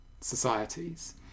societies